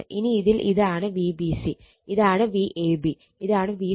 ഇനി ഇതിൽ ഇതാണ് Vbc ഇതാണ് Vab ഇതാണ് Vca